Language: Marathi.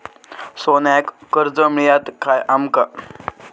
सोन्याक कर्ज मिळात काय आमका?